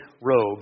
robe